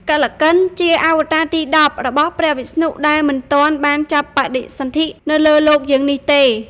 កល្កិន ជាអវតារទី១០ របស់ព្រះវិស្ណុដែលមិនទាន់បានចាប់បដិសន្ធិនៅលើលោកយើងនេះទេ។